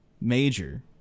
major